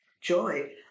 joy